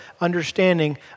understanding